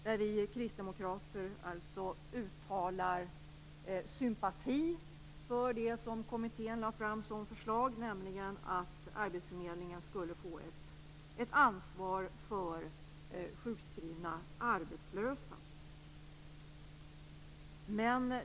Där uttalar vi kristdemokrater sympati för det förslag som kommittén lade fram, nämligen att arbetsförmedlingen skulle få ett ansvar för sjukskrivna arbetslösa.